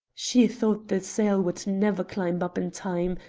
she thought the sail would never climb up in time,